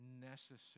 necessary